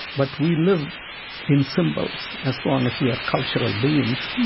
but we live in symbols as long as we are cultural beings,